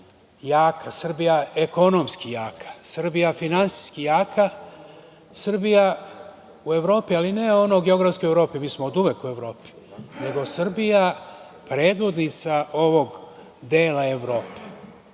jaka, Srbija ekonomski jaka, Srbija finansijski jaka, Srbija u Evropi, ali ne ono - geografski u Evropi. Mi smo od uvek u Evropi, nego Srbije predvodnica ovog dela Evrope,